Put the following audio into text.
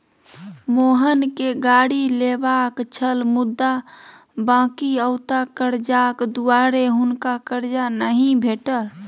मोहनकेँ गाड़ी लेबाक छल मुदा बकिऔता करजाक दुआरे हुनका करजा नहि भेटल